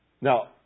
Now